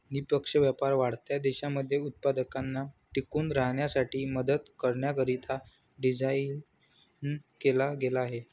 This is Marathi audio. निष्पक्ष व्यापार वाढत्या देशांमध्ये उत्पादकांना टिकून राहण्यासाठी मदत करण्याकरिता डिझाईन केला गेला आहे